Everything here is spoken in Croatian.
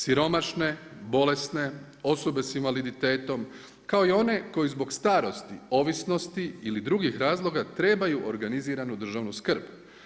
Siromašne, bolesne, osobe sa invaliditetom, kao i one koje zbog starosti, ovisnosti ili drugih razloga trebaju organiziranu državnu skrb.